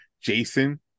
Jason